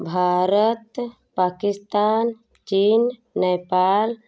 Bharat Pakistan Chin Nepal